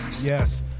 Yes